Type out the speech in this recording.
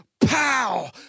pow